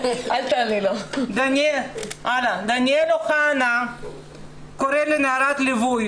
דניאל אוחנה קורא לי נערת ליווי